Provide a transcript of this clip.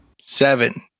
Seven